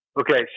Okay